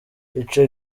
ico